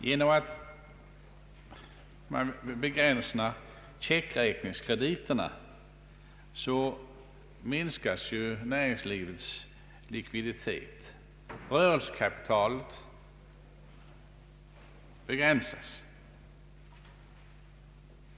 Genom att checkräkningskrediterna begränsas minskas näringslivets likviditet. Rörelsekapitalet reduceras.